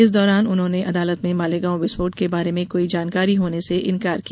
इस दौरान उन्होंने अदालत में मालेगांव विस्फोट के बारे में कोई जानकारी होने से इनकार किया